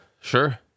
sure